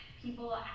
people